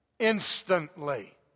instantly